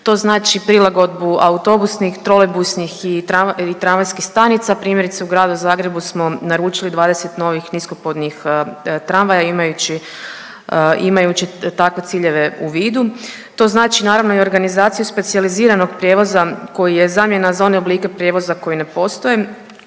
to znači prilagodbu autobusnih, trolejbusnih i tramvajskih stanica. Primjerice u Gradu Zagrebu smo naručili 20 novih niskopodnih tramvaja imajući, imajući takve ciljeve u vidu. To znači naravno i organizaciju specijaliziranog prijevoza koji je zamjena za one oblike prijevoza koji ne postoje.